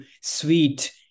sweet